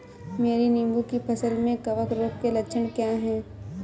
मेरी नींबू की फसल में कवक रोग के लक्षण क्या है?